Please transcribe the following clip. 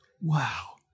wow